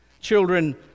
Children